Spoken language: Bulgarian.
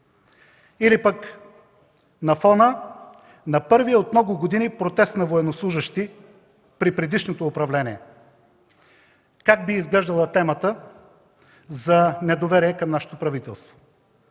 Или на фона на първия от много години протест на военнослужещи при предишното управление, как би изглеждала темата за недоверие към нашето правителство?!